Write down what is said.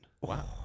Wow